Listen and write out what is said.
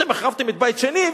אתם החרבתם את בית שני,